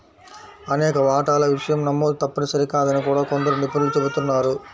అనేక వాటాల విషయం నమోదు తప్పనిసరి కాదని కూడా కొందరు నిపుణులు చెబుతున్నారు